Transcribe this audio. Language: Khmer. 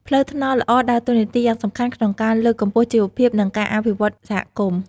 ផ្លូវថ្នល់ល្អដើរតួនាទីយ៉ាងសំខាន់ក្នុងការលើកកម្ពស់ជីវភាព និងការអភិវឌ្ឍសហគមន៍។